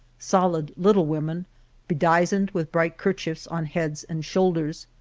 solid little women bedizened with bright kerchiefs on heads and shoulders,